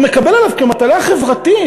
הוא מקבל עליו כמטלה חברתית,